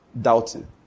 doubting